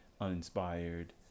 uninspired